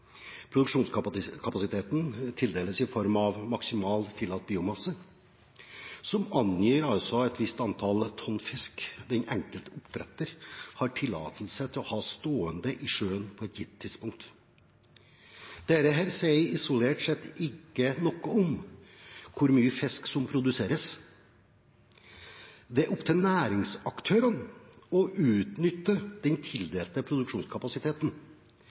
tildeles i form av maksimal tillatt biomasse som angir et visst antall tonn fisk den enkelte oppdretter har tillatelse til å ha stående i sjøen på et gitt tidspunkt. Dette sier isolert sett ikke noe om hvor mye fisk som produseres. Det er opp til næringsaktørene å utnytte den tildelte produksjonskapasiteten